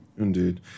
Indeed